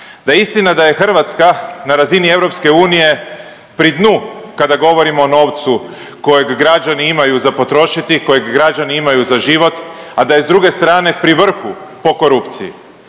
da je istina da je Hrvatska na razini EU pri dnu kada govorimo o novcu kojeg građani imaju za potrošiti i kojeg građani imaju za život, a da je s druge strane pri vrhu po korupciji,